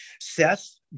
Seth